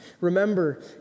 Remember